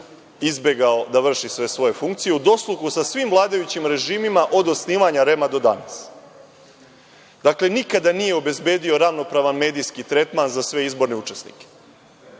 izbegao da vrši sve svoje funkcije, u dosluhu sa svim vladajućim režima od osnivanja REM-a do danas. Dakle, nikada nije obezbedio ravnopravan medijski tretman za sve izborne učesnike.